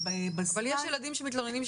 מה מצבם של הילדים?